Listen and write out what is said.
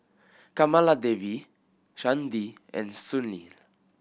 Kamaladevi Chandi and Sunil